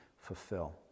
fulfill